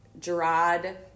Gerard